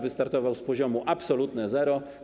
Wystartował z poziomu: absolutne zero.